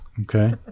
Okay